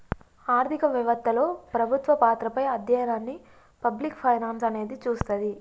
ఆర్థిక వెవత్తలో ప్రభుత్వ పాత్రపై అధ్యయనాన్ని పబ్లిక్ ఫైనాన్స్ అనేది చూస్తది